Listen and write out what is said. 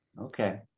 Okay